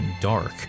dark